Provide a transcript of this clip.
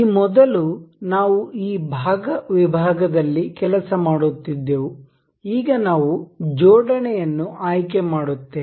ಈ ಮೊದಲು ನಾವು ಈ ಭಾಗ ವಿಭಾಗದಲ್ಲಿ ಕೆಲಸ ಮಾಡುತ್ತಿದ್ದೆವು ಈಗ ನಾವು ಜೋಡಣೆಯನ್ನು ಆಯ್ಕೆ ಮಾಡುತ್ತೇವೆ